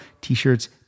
t-shirts